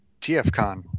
TFCon